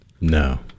No